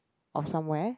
or somewhere